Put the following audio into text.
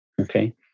okay